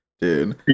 dude